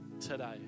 today